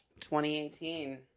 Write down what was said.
2018